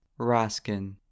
Raskin